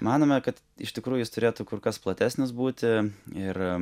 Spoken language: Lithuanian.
manome kad iš tikrųjų jis turėtų kur kas platesnis būti ir